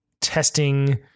testing